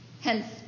Hence